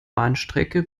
bahnstrecke